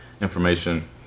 information